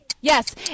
yes